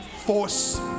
force